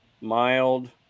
mild